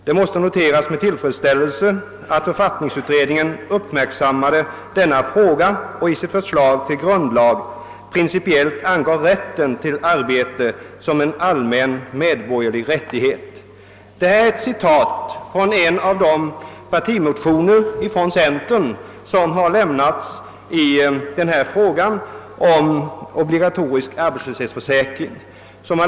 Det måste noteras med tillfredsställelse att författningsutredningen uppmärksammat denna rätt och i sitt förslag till grundlag principiellt angivit den som en allmän medborgerlig rättighet.» Detta citat är hämtat ur en av de partimotioner som centern under 1960-talet väckt rörande obligatorisk arbetslöshetsförsäkring.